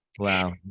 Wow